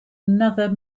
another